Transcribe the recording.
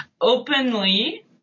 openly